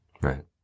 Right